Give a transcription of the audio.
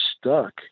stuck